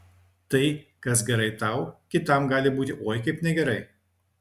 tai kas gerai tau kitam gali būti oi kaip negerai